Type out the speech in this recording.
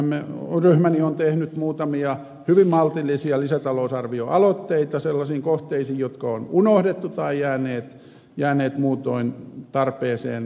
oma eduskuntaryhmäni on tehnyt muutamia hyvin maltillisia lisätalousarvioaloitteita sellaisiin kohteisiin jotka on unohdettu tai jääneet muutoin tarpeeseen korjata